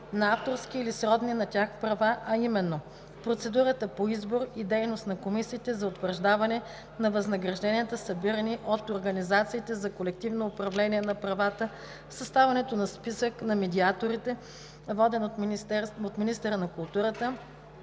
на авторски или сродни на тях права, а именно: процедурата по избор и дейност на комисиите за утвърждаване на възнагражденията, събирани от организациите за колективно управление на правата; съставянето на списъка на медиаторите, воден от министъра на културата;